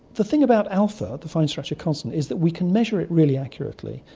the thing about alpha, the fine structure constant, is that we can measure it really accurately.